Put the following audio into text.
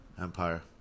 Empire